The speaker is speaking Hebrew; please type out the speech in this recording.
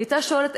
היא הייתה שואלת,